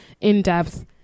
in-depth